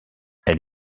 elle